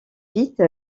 vite